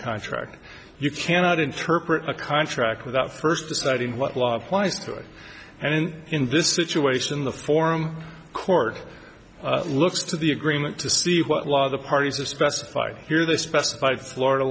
contract you cannot interpret a contract without first deciding what law applies to it and in in this situation the forum court looks to the agreement to see what law the parties are specified here they specify florida